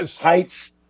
Heights